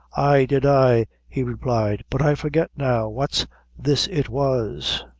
ay did i, he replied but i forget now what's this it was.